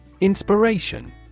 Inspiration